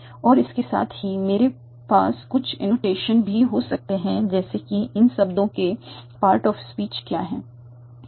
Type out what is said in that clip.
और इसके साथ ही मेरे पास कुछ एनोटेशन भी हो सकते हैं जैसे कि इन शब्दों के पार्ट ऑफ स्पीच क्या है